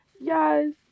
yes